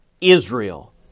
Israel